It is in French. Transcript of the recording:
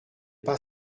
pas